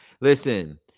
Listen